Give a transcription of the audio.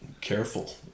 careful